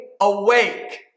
awake